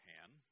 hand